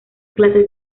clases